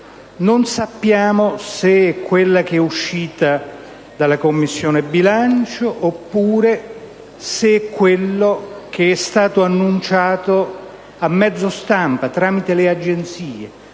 Non sappiamo se è quello uscito dalla Commissione bilancio oppure se è quello che è stato annunciato a mezzo stampa, tramite le agenzie.